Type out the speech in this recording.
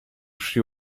she